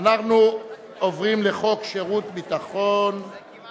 (הוראת